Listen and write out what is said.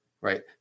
right